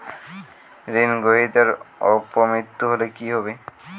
ঋণ গ্রহীতার অপ মৃত্যু হলে কি হবে?